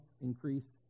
increased